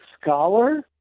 scholar